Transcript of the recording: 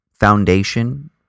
foundation